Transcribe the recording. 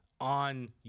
on